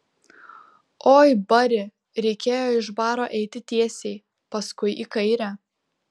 oi bari reikėjo iš baro eiti tiesiai paskui į kairę